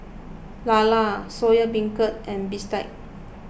Lala Soya Beancurd and Bistake